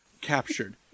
captured